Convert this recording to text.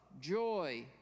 joy